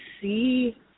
see